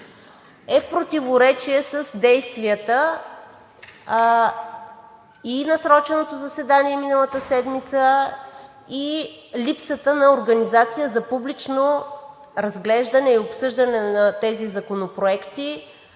е в противоречие с действията и насроченото заседание миналата седмица – и липсата на организация за публично разглеждане, и обсъждане на тези законопроекти